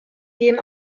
gehen